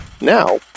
now